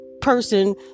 person